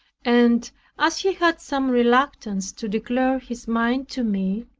and as he had some reluctance to declare his mind to me,